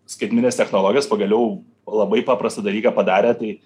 skaitmeninės technologijos pagaliau labai paprastą dalyką padarė tai